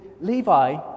Levi